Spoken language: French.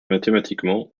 mathématiquement